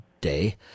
day